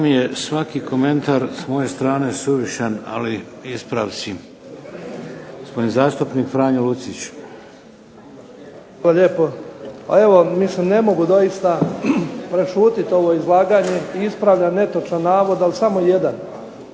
svaki komentar s moje strane suvišan, ali ispravci. Gospodin zastupnik Franjo Lucić. **Lucić, Franjo (HDZ)** Hvala lijepo. Evo ne mogu doista prešutit ovo izlaganje i ispravljam netočan navod, ali samo jedan,